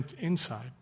inside